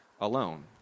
alone